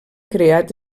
creat